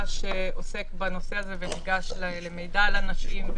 שעוסק בנושא הזה וניגש למידע על אנשים,